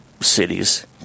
cities